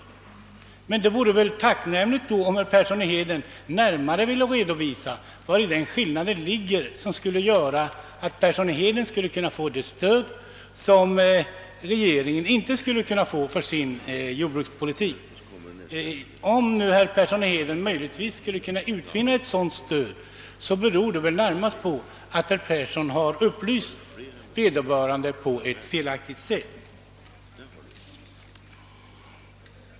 Det vore tacknämligt om herr Persson i Heden ville närmare redovisa vari skillnaden ligger som skulle ge honom det stöd regeringen inte får för sin jordbrukspolitik. Får herr Persson i Heden möjligen ett sådant stöd av någon, beror det väl närmast på att han upplyst vederbörande på ett felaktigt sätt.